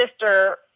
sister